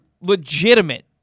legitimate